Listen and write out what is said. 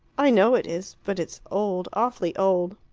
i know it is. but it's old awfully old.